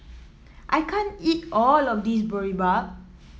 I can't eat all of this Boribap